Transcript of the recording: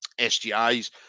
SGIs